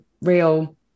real